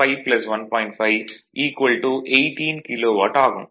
5 18 kilowatt ஆகும்